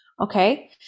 okay